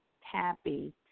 happy